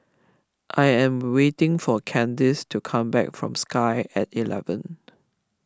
I am waiting for Candis to come back from Sky at eleven